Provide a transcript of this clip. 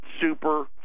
super